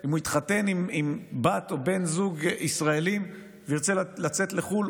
אם הוא יתחתן עם בת או בן זוג ישראלים וירצה לצאת לחו"ל,